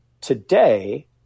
Today